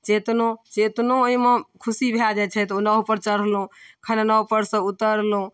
चेतनो चेतनो एहिमे खुशी भऽ जाइ छथि ओ नाहपर चढ़लहुँ खन नाहपरसँ उतरलहुँ